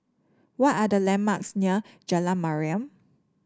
what are the landmarks near Jalan Mariam